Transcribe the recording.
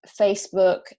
facebook